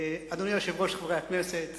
אדוני היושב-ראש, חברי הכנסת,